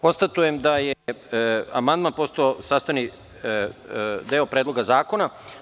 Konstatujem da je amandman postao sastavni deo Predloga zakona.